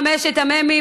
על חמשת המ"מים,